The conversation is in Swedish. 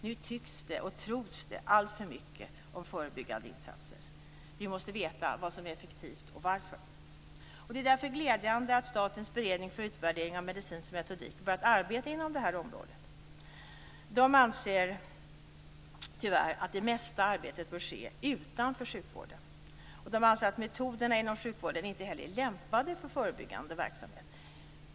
Nu tycks det och tros det alltför mycket om förebyggande insatser. Vi måste veta vad som är effektivt och varför. Det är därför glädjande att statens beredning för utvärdering av medicinsk metodik har börjat arbeta inom det här området. De anser tyvärr att det mesta arbetet bör ske utanför sjukvården. De anser att metoderna inom sjukvården inte heller är lämpade för förebyggande verksamhet.